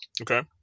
Okay